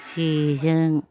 जेजों